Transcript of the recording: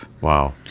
Wow